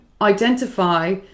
identify